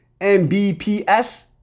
Mbps